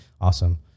awesome